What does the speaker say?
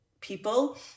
people